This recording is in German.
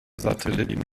satelliten